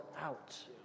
out